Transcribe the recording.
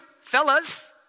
fellas